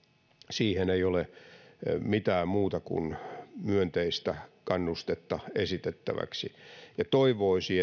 siihen ei ole mitään muuta kuin myönteistä kannustetta esitettäväksi toivoisi